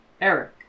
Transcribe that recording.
Eric